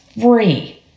free